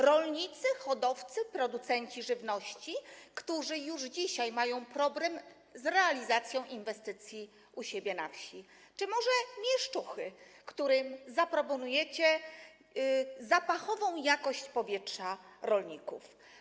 Rolnicy, hodowcy, producenci żywności, którzy już dzisiaj mają problem z realizacją inwestycji u siebie na wsi, czy może mieszczuchy, którym zaproponujecie zapachową jakość powietrza rolników?